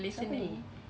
siapa tu